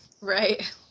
Right